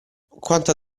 quanta